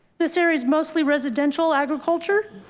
this area is mostly residential agriculture,